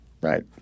right